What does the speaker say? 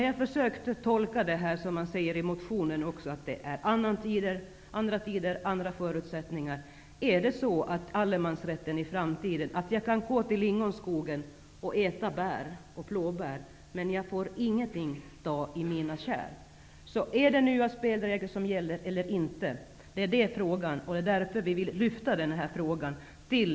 Jag försökte tolka det. Det sägs i motionen att det är andra tider och andra förutsättningar. Innebär allemansrätten i framtiden att jag kan gå till skogen för att äta lingon och blåbär, men inte får ta någonting i mina kärl? Eftersom vi inte vet om det är nya spelregler som gäller, eller ej, vill vi lyfta upp denna fråga till